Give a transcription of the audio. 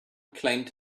claimed